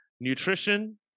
nutrition